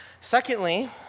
Secondly